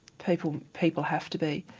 people people have to be.